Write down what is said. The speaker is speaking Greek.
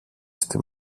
στη